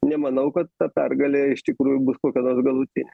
nemanau kad ta pergalė iš tikrųjų bus kokia nors galutinė